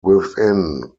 within